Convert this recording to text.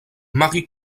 marie